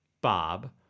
Bob